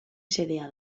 xedea